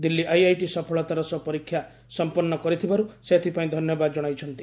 Delhi IIT ସଫଳତାର ସହ ପରୀକ୍ଷା ସମ୍ପନ୍ନ କରିଥିବାରୁ ସେ ଏଥିପାଇଁ ଧନ୍ୟବାଦ ଜଣାଇଛନ୍ତି